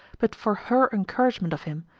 but for her encouragement of him,